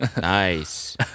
Nice